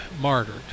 martyred